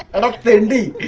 of thing